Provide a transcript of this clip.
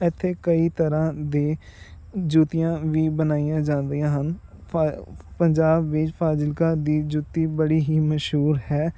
ਇੱਥੇ ਕਈ ਤਰ੍ਹਾਂ ਦੇ ਜੁਤੀਆਂ ਵੀ ਬਣਾਈਆਂ ਜਾਂਦੀਆਂ ਹਨ ਫ਼ਾ ਪੰਜਾਬ ਵਿਚ ਫ਼ਾਜ਼ਿਲਕਾ ਦੀ ਜੁੱਤੀ ਬੜੀ ਹੀ ਮਸ਼ਹੂਰ ਹੈ